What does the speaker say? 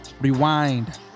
Rewind